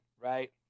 Right